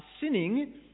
Sinning